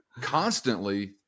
constantly